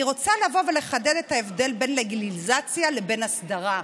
אני רוצה לבוא ולחדד את ההבדל בין לגליזציה לבין הסדרה.